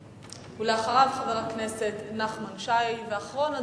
אחריו, חבר הכנסת נחמן שי, ואחרון הדוברים,